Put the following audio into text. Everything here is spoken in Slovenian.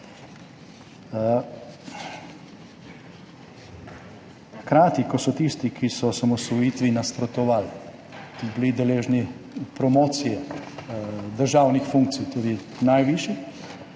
Hkrati ko so tisti, ki so osamosvojitvi nasprotovali, bili deležni promocije državnih funkcij, tudi najvišjih,